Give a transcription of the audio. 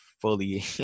fully